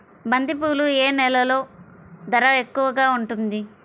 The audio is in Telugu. బంతిపూలు ఏ నెలలో ధర ఎక్కువగా ఉంటుంది?